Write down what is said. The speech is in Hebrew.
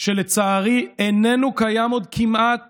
שלצערי איננו קיים עוד כמעט